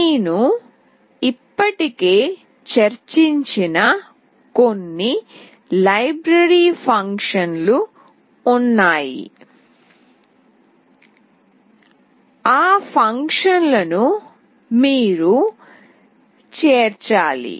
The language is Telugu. నేను ఇప్పటికే చర్చించిన కొన్ని లైబ్రరీ ఫంక్షన్లు ఉన్నాయి ఆ ఫంక్షన్లను మీరు చేర్చాలి